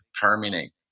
terminate